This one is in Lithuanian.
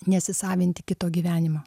nesisavinti kito gyvenimo